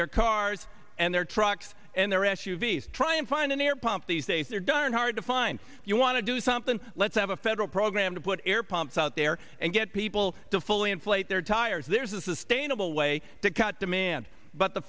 their cars and their trucks and their s u v s to try and find an air pump these days they're done in hard to find you want to do something let's have a federal program to put air pumps out there and get people to fully inflate their tires there's a sustainable way to cut